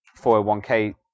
401k